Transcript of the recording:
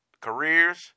careers